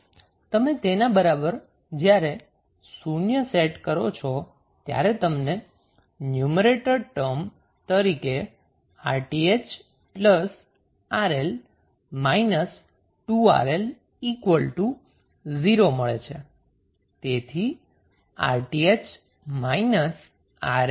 તો તમે તેના બરાબર જ્યારે શુન્ય સેટ કરો છો ત્યારે તમને ન્યુમેરેટર ટર્મ તરીકે RTh RL 2RL0 મળે છે